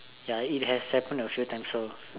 ya it has happened a few times so